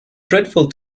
dreadful